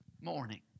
morning